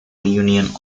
reunion